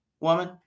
Woman